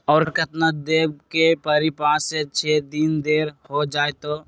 और केतना देब के परी पाँच से छे दिन देर हो जाई त?